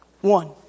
One